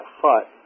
hut